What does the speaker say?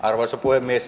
arvoisa puhemies